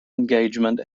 engagement